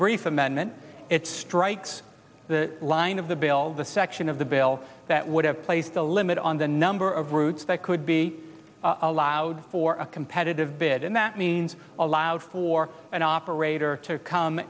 brief amendment it strikes the line of the bill the section of the bill that would have placed a limit on the number of routes that could be allowed for a competitive bid and that means allowed for an operator to come